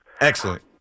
Excellent